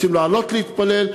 רוצים לעלות להתפלל.